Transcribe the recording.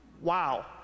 Wow